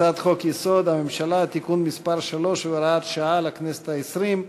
הצעת חוק-יסוד: הממשלה (תיקון מס' 3 והוראת שעה לכנסת ה-20),